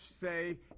say